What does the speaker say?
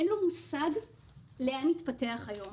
אין לו מושג לאן יתפתח היום.